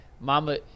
Mama